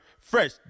fresh